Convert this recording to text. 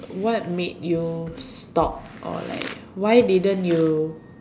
what made you stop or like why didn't you